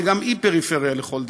וגם היא פריפריה לכל דבר.